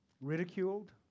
ridiculed